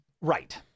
Right